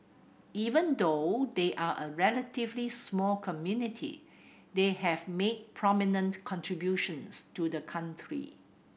even though they are a relatively small community they have made prominent contributions to the country